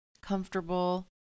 comfortable